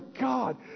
God